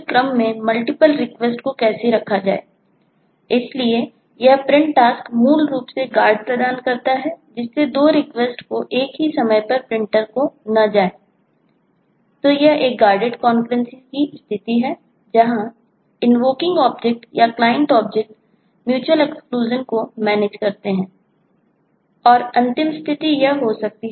और उस अंतिम स्थिति यह हो सकती है